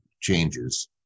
changes